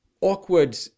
awkward